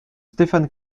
stéphane